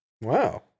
Wow